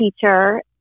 teacher